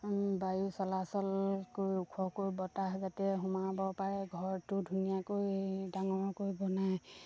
বায়ু চলাচল কৰি ওখকৈ বতাহ যাতে সোমাব পাৰে ঘৰটো ধুনীয়াকৈ ডাঙৰকৈ বনায়